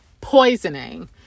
Poisoning